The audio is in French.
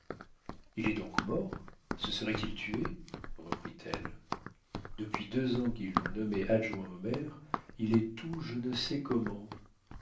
il est donc mort se serait-il tué pourquoi reprit-elle depuis deux ans qu'ils l'ont nommé adjoint au maire il est tout je ne sais comment